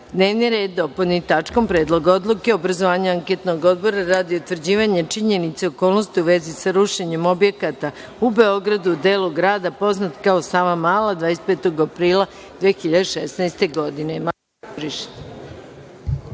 sednice dopuni tačkom - Predlog odluke o obrazovanju anketnog odbora radi utvrđivanja činjenica i okolnosti u vezi sa rušenjem objekata u Beogradu, u delu grada poznat kao Savamala, 25. aprila 2016.